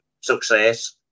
success